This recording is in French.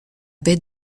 baie